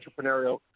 entrepreneurial